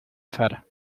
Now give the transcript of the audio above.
zara